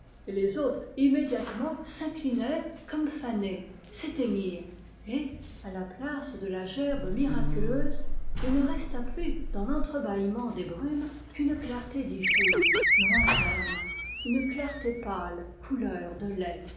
et les autres immédiatement s'inclinèrent comme fanées s'éteignirent et à la place de la gerbe miraculeuse il ne resta plus dans l entre bâillement des brumes qu'une clarté diffuse lointaine une clarté pâle couleur de lait